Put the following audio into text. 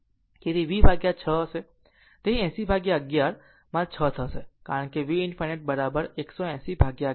તેથી તે v v 6 હશે તે 80 11 માં 6 થશે કારણ કે v ∞ 18011